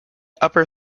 upper